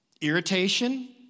Irritation